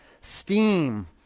steam